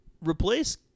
replace